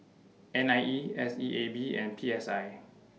N I E S E A B and P S I